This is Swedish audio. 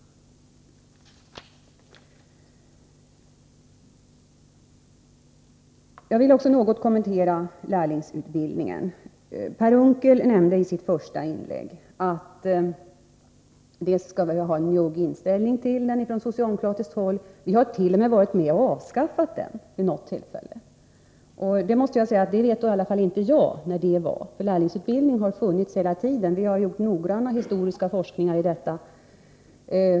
Jag vill också något kommentera lärlingsutbildningen. Per Unckel talade i sitt första inlägg om en njugg inställning till denna från socialdemokratiskt håll. Vi lär t.o.m. ha varit med om att avskaffa den vid något tillfälle. Jag måste säga att åtminstone inte jag vet när det var. Lärlingsutbildning har funnits hela tiden — vi har gjort noggranna historiska forskningar om detta.